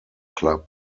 club